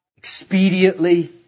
expediently